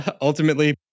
Ultimately